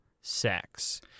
sex